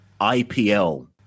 IPL